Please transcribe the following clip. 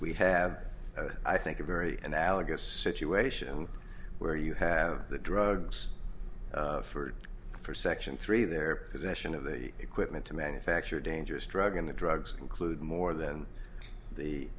we have i think a very analogous situation where you have the drugs for for section three their possession of the equipment to manufacture dangerous drug and the drugs include more than the